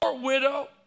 widow